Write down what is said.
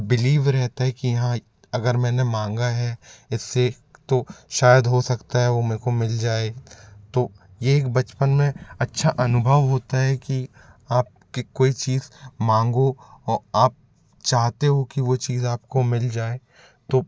believe रहता है कि हाँ अगर मैंने मँगा है इससे तो शायद हो सकता है वो मेरे को मिल जाए तो ये एक बचपन में अच्छा अनुभव होता है कि आपकी कोई चीज़ माँगो और आप चाहते हो कि वो चीज़ आपको मिल जाए तो